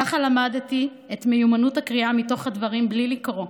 ככה למדתי את מיומנויות הקריאה מתוך הדברים בלי לקרוא,